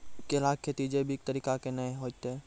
केला की खेती जैविक तरीका के ना होते?